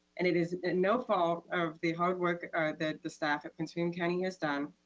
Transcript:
and it is no fault of the hard work that the staff at prince william county has done.